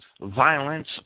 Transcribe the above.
violence